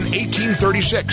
1836